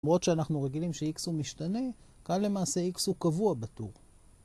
למרות שאנחנו רגילים שx הוא משתנה, כאן למעשה x הוא קבוע בטור.